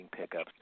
pickups